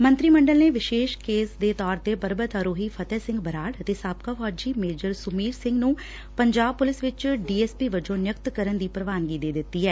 ਮੰਤਰੀ ਮੰਡਲ ਨੇ ਵਿਸ਼ੇਸ਼ ਕੇਸ ਦੇ ਤੌਰ ਤੇ ਪਰਬਤ ਆਰੋਹੀ ਫਤਹਿ ਸਿੰਘ ਬਰਾੜ ਅਤੇ ਸਾਬਕਾ ਫੌਜੀ ਮੇਜਰ ਸੁਮੀਰ ਸਿੰਘ ਨੁੰ ਪੰਜਾਬ ਪੁਲਿਸ ਵਿਚ ਡੀ ਐਸ ਪੀ ਵਜੋਂ ਨਿਯੁਕਤ ਕਰਨ ਦੀ ਪ੍ਰਵਾਨਗੀ ਦੇ ਦਿੱਤੀ ਐ